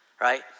Right